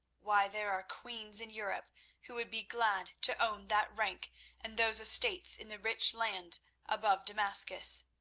why, there are queens in europe who would be glad to own that rank and those estates in the rich lands above damascus.